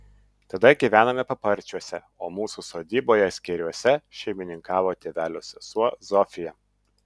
tada gyvenome paparčiuose o mūsų sodyboje skėriuose šeimininkavo tėvelio sesuo zofija